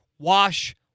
Wash